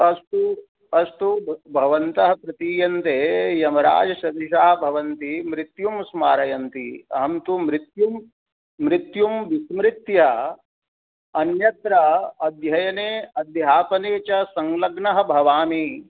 अस्तु अस्तु भ भवन्तः प्रतीयन्ते यमराजसदृशाः भवन्ति मृत्युं स्मारयन्ति अहं तु मृत्युं मृत्युं विस्मृत्य अन्यत्र अध्ययने अध्यापने च संलग्नः भवामि